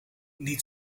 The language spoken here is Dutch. niet